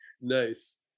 Nice